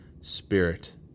spirit